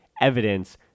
evidence